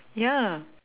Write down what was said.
ya